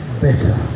better